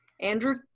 Andrew